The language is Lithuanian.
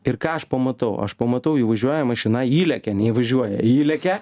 ir ką aš pamatau aš pamatau įvažiuoja mašina įlekia neįvažiuoja įlekia